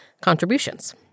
contributions